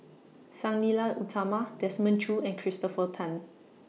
Sang Nila Utama Desmond Choo and Christopher Tan